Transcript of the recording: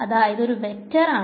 അതായത് അതൊരു വെക്ടർ ആണ്